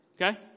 Okay